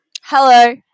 hello